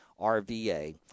RVA